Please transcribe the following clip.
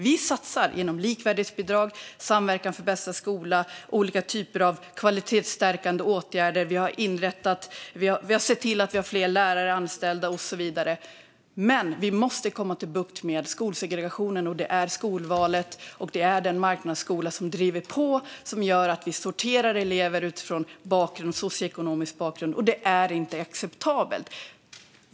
Vi satsar genom likvärdighetsbidrag, samverkan för bästa skola och olika typer av kvalitetsstärkande åtgärder, och vi har sett till att vi har fler lärare anställda och så vidare. Men vi måste få bukt med skolsegregationen. Det är skolvalet och marknadsskolan som driver på och gör att vi sorterar elever utifrån socioekonomisk bakgrund. Detta är inte acceptabelt.